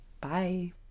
Bye